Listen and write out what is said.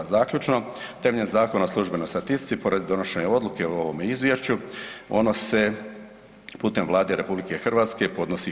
Zaključno, temeljem Zakona o službenoj statistici, pored donošenja odluke o ovome izvješću ono se putem Vlade RH podnosi HS.